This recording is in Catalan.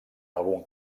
algun